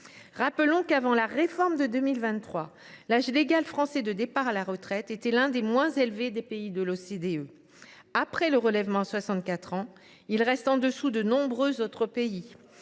Rappelons qu’avant la réforme de 2023 l’âge légal de départ à la retraite de la France était l’un des moins élevés des pays de l’OCDE. Après le relèvement à 64 ans, il reste en dessous de celui de nombreux autres pays